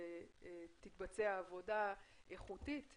צוהריים טובים,